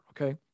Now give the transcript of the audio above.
Okay